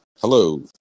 Hello